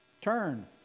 turn